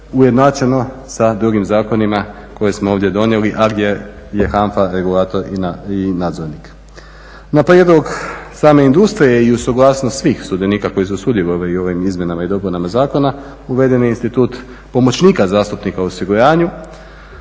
ujednačeno sa drugim zakonima koje smo ovdje donijeli, a gdje je HANFA regulator i nadzornik. Na prijedlog same industrije i uz suglasnost svih sudionika koji su sudjelovali u ovim izmjenama i dopunama zakona uveden je institut pomoćnika zastupnika u osiguranju,